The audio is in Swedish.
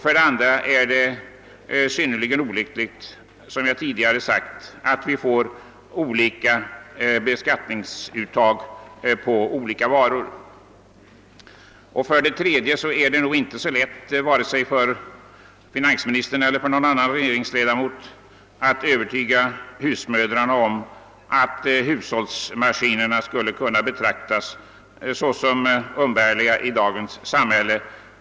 För det andra är det synnerligen olyckligt med en beskattning som har olika höjd för olika varor. För det tredje är det nog inte så lätt vare sig för finansministern eller för någon annan regeringsledamot att övertyga husmödrarna om att hushållsmaskinerna skulle kunna betraktas såsom umbärliga i dagens samhälle.